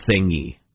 thingy